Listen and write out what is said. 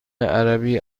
عربی